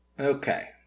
Okay